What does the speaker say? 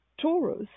Taurus